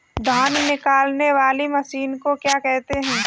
धान निकालने वाली मशीन को क्या कहते हैं?